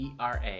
era